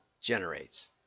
generates